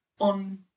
on